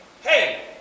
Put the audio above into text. hey